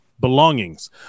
belongings